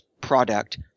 product